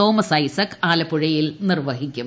Thomas Isaac ആലപ്പുഴയിൽ നിർവഹി ക്കും